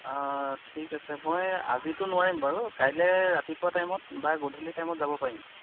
ঠিক আছে মই আজিতো নোৱাৰিম বাৰু কাইলৈ ৰাতিপুৱা টাইমত বা গধূলি টাইমত যাব পাৰিম